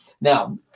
Now